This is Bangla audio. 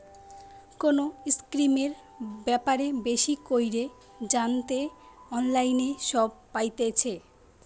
কোনো স্কিমের ব্যাপারে বেশি কইরে জানতে অনলাইনে সব পাইতেছে